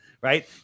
right